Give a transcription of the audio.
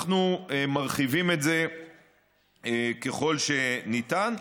אנחנו מרחיבים את זה ככל הניתן.